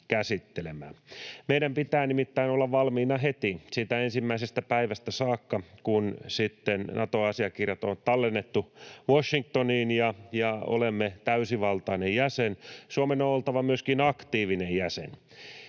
Meidän pitää nimittäin olla valmiina heti, siitä ensimmäisestä päivästä saakka, kun Nato-asiakirjat on tallennettu Washingtoniin ja olemme täysivaltainen jäsen. Suomen on oltava myöskin aktiivinen jäsen.